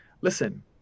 listen